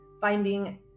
finding